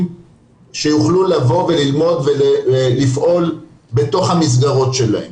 שיוכלו לבוא וללמוד ולפעול בתוך המסגרות שלהם.